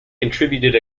contributed